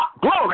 glory